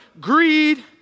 greed